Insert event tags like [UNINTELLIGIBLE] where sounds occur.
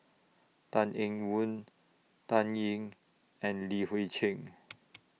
Tan Eng [UNINTELLIGIBLE] Tan Ying and Li Hui Cheng